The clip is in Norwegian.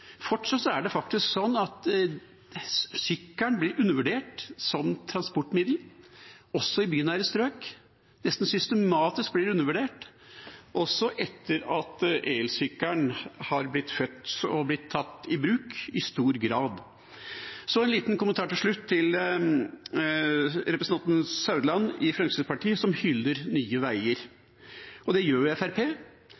Fortsatt er det sånn at sykkelen blir undervurdert som transportmiddel, også i bynære strøk – nesten systematisk blir den undervurdert, også etter at elsykkelen har blitt født og er blitt tatt i bruk i stor grad. Så en liten kommentar til slutt til representanten Meininger Saudland i Fremskrittspartiet, som hyller Nye Veier.